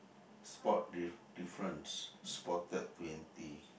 spot diff~ difference spotted twenty